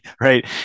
right